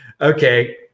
Okay